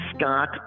Scott